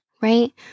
right